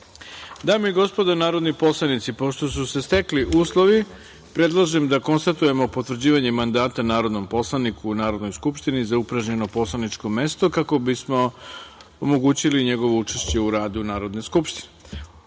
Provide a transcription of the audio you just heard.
i gospodo narodni poslanici, pošto su se stekli uslovi, predlažem da konstatujemo potvrđivanje mandata narodnom poslaniku u Narodnoj skupštini za upražnjeno poslaničkog mesto, kako bismo omogućili njegovo učešće u radu Narodne skupštine. Uručena